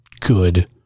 good